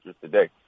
today